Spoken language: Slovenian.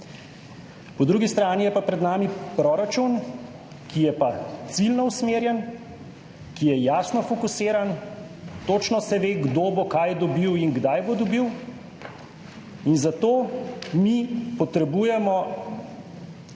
Po drugi strani je pa pred nami proračun, ki je pa ciljno usmerjen, ki je jasno fokusiran, točno se ve, kdo bo kaj dobil in kdaj bo dobil, in zato mi potrebujemo